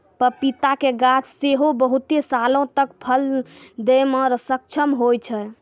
पपीता के गाछ सेहो बहुते सालो तक फल दै मे सक्षम होय छै